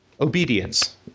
obedience